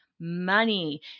money